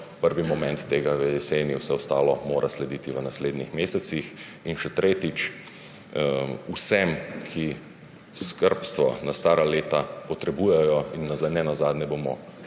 Prvi del tega v jeseni, vse ostalo mora slediti v naslednjih mesecih. In še tretjič, vsem, ki skrbstvo na stara leta potrebujejo, in nenazadnje bomo